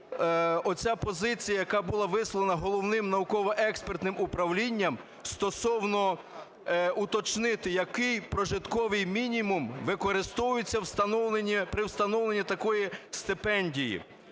оця позиція, яка була висловлена Головним науково-експертним управлінням, стосовно уточнити, який прожитковий мінімум використовується при встановленні такої стипендії.